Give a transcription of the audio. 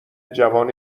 جوان